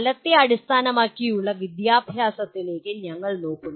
ഫലത്തെ അടിസ്ഥാനമാക്കിയുള്ള വിദ്യാഭ്യാസത്തിലേക്ക് ഞങ്ങൾ നോക്കുന്നു